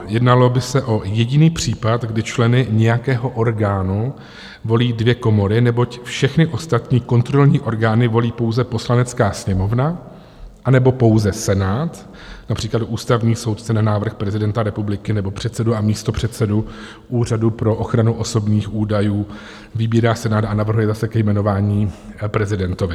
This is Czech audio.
Jednalo by se o jediný případ, kdy členy nějakého orgánu volí dvě komory, neboť všechny ostatní kontrolní orgány volí pouze Poslanecká sněmovna, anebo pouze Senát, například ústavní soudce na návrh prezidenta republiky nebo předsedu a místopředsedu Úřadu pro ochranu osobních údajů vybírá Senát a navrhuje zase ke jmenování prezidentovi.